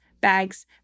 bags